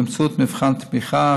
באמצעות מבחן תמיכה,